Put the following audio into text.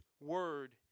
Word